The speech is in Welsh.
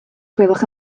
gwelwch